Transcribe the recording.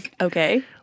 Okay